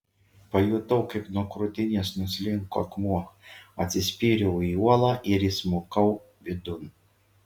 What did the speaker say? pajutau kaip nuo krūtinės nuslinko akmuo atsispyriau į uolą ir įsmukau vidun